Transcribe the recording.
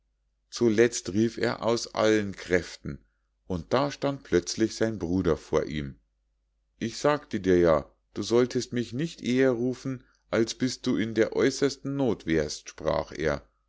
zuletzt rief er aus allen kräften und da stand plötzlich sein bruder vor ihm ich sagte dir ja du solltest mich nicht eher rufen als bis du in der äußersten noth wärst sprach er